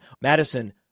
Madison